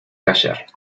callar